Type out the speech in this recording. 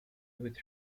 with